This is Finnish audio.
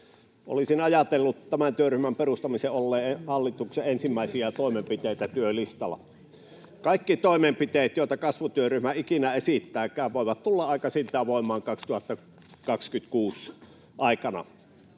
Olisin ajatellut tämän työryhmän perustamisen olleen hallituksen ensimmäisiä toimenpiteitä työlistalla. Kaikki toimenpiteet, joita kasvutyöryhmä ikinä esittääkään, voivat tulla voimaan aikaisintaan vuoden 2026 aikana.